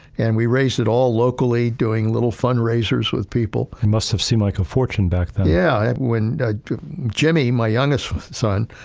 and we raised it all locally, doing little fundraisers with people. it must have seemed like a fortune back then. yeah, when jimmy, my youngest son,